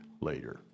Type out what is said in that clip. later